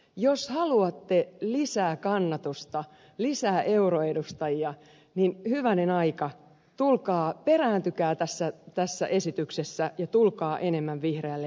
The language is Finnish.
jos haluatte lisää kannatusta lisää euroedustajia niin hyvänen aika perääntykää tässä esityksessä ja tulkaa enemmän vihreälle linjalle